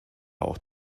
auch